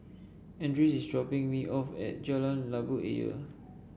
Andres is dropping me off at Jalan Labu Ayer